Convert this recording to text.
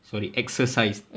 sorry exercised